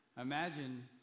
Imagine